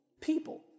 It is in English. People